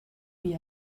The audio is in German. wie